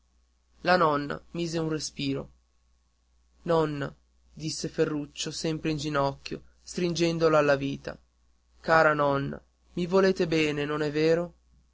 la nonna mise un respiro nonna disse ferruccio sempre in ginocchio stringendola alla vita cara nonna mi volete bene non è vero